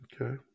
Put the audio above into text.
Okay